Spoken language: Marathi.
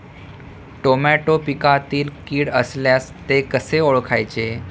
टोमॅटो पिकातील कीड असल्यास ते कसे ओळखायचे?